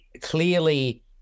clearly